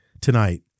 tonight